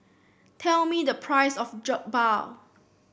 tell me the price of Jokbal